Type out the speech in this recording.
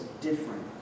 different